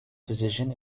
physician